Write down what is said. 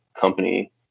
company